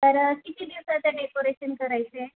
तर किती दिवसाचं डेकोरेशन करायचं आहे